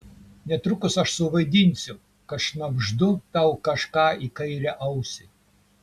netrukus aš suvaidinsiu kad šnabždu tau kažką į kairę ausį